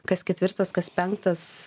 kas ketvirtas kas penktas